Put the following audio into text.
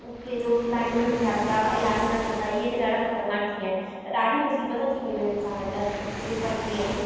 उहो पंहिंजो लाइन में बीहारंदा इलाज न कंदा इहे बि ॾाढा ख़तरनाक थी विया आहिनि त ॾाढी मूसीबत थी वियूं आहिनि इन्साननि लाइ इते कटनीअ में